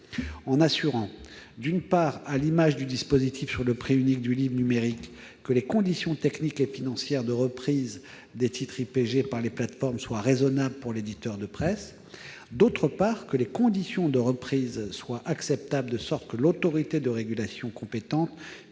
en veillant, d'une part, à l'image du dispositif sur le prix unique du livre numérique, à ce que les conditions techniques et financières de reprise des titres IPG par les plateformes soient raisonnables pour l'éditeur de presse, d'autre part, à ce que les conditions de reprise soient acceptables de sorte que l'autorité de régulation compétente